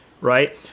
Right